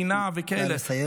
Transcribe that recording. שנאה וכאלה,